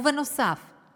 ונוסף על כך,